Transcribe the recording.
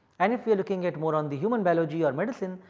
and if you are looking at more on the human biology or medicine,